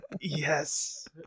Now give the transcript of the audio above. yes